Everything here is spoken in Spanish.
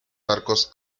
arcos